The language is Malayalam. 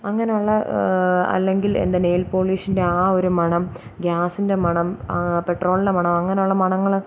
അങ്ങനെയുള്ള അല്ലെങ്കിൽ എന്താ നെയിൽ പോളിഷിൻ്റെ ആ ഒരുമണം ഗ്യാസിൻ്റെ മണം പെട്രോളിൻ്റെ മണം അങ്ങനെയുള്ള മണങ്ങൾ